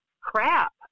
crap